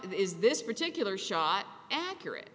is this particular shot accurate